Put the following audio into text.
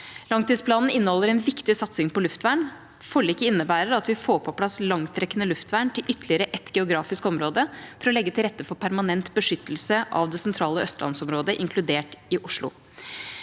Langtidsplanen inneholder en viktig satsing på luftvern. Forliket innebærer at vi får på plass langtrekkende luftvern til ytterligere et geografisk område for å legge til rette for permanent beskyttelse av det sentrale østlandsområdet, inkludert Oslo.